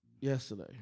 Yesterday